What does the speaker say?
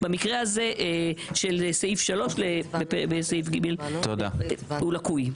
סעיף 3 בסעיף ג' לקוי.